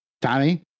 Tommy